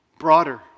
broader